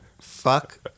fuck